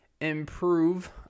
improve